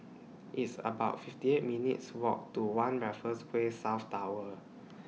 It's about fifty eight minutes' Walk to one Raffles Quay South Tower